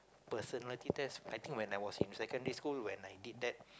personality test I think when I was secondary school when I did that